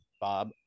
Bob